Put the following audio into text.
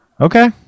Okay